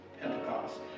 Pentecost